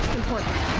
important.